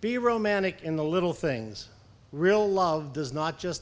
be romantic in the little things real love does not just